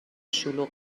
شلوغ